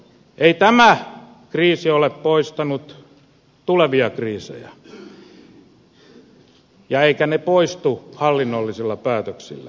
ei tämä kriisi ole poistanut tulevia kriisejä eivätkä ne poistu hallinnollisilla päätöksillä